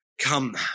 come